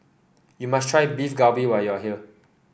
you must try Beef Galbi when you are here